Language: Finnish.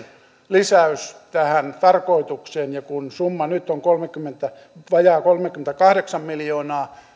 lisäys tähän tarkoitukseen kun summa nyt on vajaa kolmekymmentäkahdeksan miljoonaa